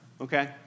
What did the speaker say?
okay